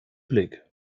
blick